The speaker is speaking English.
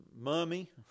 mummy